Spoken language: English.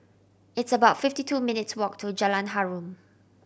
it's about fifty two minutes' walk to Jalan Harum